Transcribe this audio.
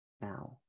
now